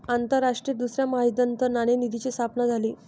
आंतरराष्ट्रीय दुसऱ्या महायुद्धानंतर नाणेनिधीची स्थापना झाली